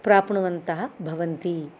प्राप्नुवन्तः भवन्ति